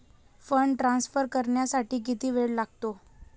Fund transfer करण्यासाठी किती वेळ लागतो?